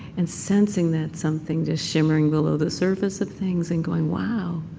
and sensing that something just shimmering below the surface of things and going, wow,